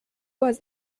was